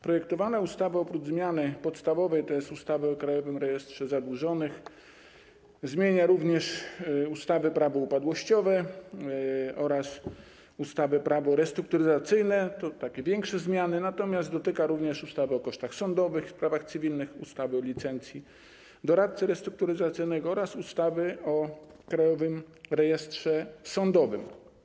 Projektowana ustawa oprócz zmiany podstawowej, tj. zmiany ustawy o Krajowym Rejestrze Zadłużonych, zmienia również ustawę - Prawo upadłościowe oraz ustawę - Prawo restrukturyzacyjne, to takie większe zmiany, natomiast dotyka również ustawy o kosztach sądowych w sprawach cywilnych, ustawy o licencji doradcy restrukturyzacyjnego oraz ustawy o Krajowym Rejestrze Sądowym.